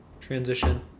Transition